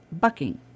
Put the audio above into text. bucking